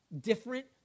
different